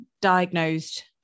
diagnosed